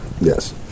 Yes